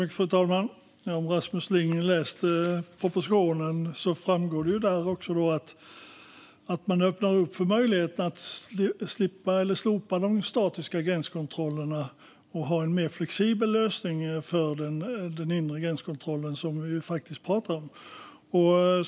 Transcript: Fru talman! Om Rasmus Ling läser propositionen ser han att det framgår där att man öppnar upp för möjligheten att slopa de statiska gränskontrollerna och ha en mer flexibel lösning för den inre gränskontrollen. Det är det vi faktiskt pratar om.